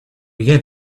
began